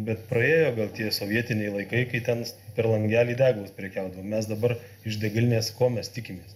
bet praėjo gal tie sovietiniai laikai kai ten per langelį degalus prekiaudavom mes dabar iš degalinės ko mes tikimės